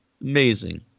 Amazing